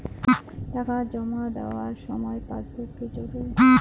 টাকা জমা দেবার সময় পাসবুক কি জরুরি?